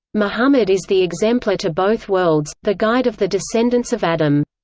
muhammad is the exemplar to both worlds, the guide of the descendants of adam.